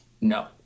No